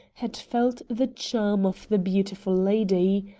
had felt the charm of the beautiful lady.